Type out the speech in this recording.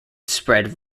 spread